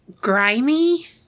grimy